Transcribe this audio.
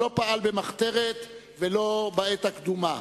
לא פעל במחתרת ולא בעת הקדומה.